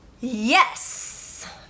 yes